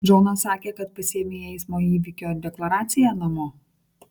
džonas sakė kad pasiėmei eismo įvykio deklaraciją namo